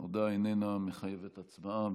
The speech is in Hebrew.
ההודעה איננה מחייבת הצבעה.